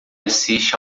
assiste